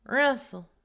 Wrestle